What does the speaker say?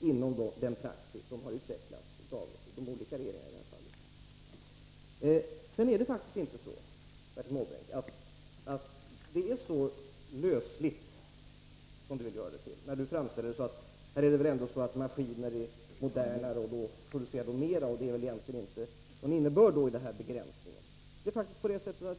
inom den praxis som har utvecklats av de olika regeringarna. De här frågorna avgörs inte på sådana lösliga grunder som Bertil Måbrink vill göra gällande när han framställer det hela som att det är fråga om modernare maskiner som gör att företagen producerar mera, och då skulle det inte handla om någon begränsning. Men det är inte så enkelt.